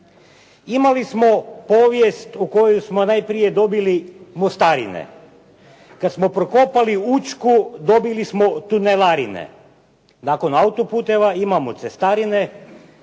Imali smo povijest u kojoj smo najprije dobili mostarine. Kad smo prokopali Učku dobili smo tunelarine. Nakon auto-puteva imamo cestarine,